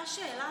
עלתה שאלה,